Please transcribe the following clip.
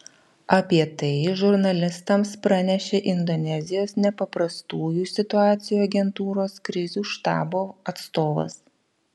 apie tai žurnalistams pranešė indonezijos nepaprastųjų situacijų agentūros krizių štabo atstovas